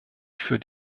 für